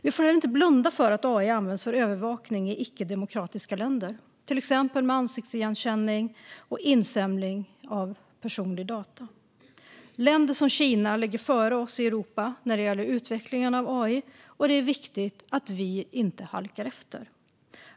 Vi får inte heller blunda för att AI används för övervakning i icke-demokratiska länder, till exempel med hjälp av ansiktsigenkänning och insamling av personliga data. Länder som Kina ligger före oss i Europa när det gäller utvecklingen av AI, och det är viktigt att vi inte halkar efter.